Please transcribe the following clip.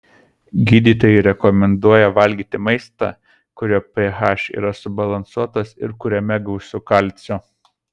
gydytojai rekomenduoja valgyti maistą kurio ph yra subalansuotas ir kuriame gausu kalcio